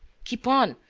keep on.